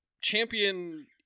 champion